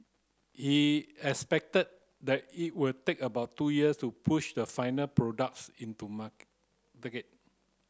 he expected that it will take about two years to push the final products into mark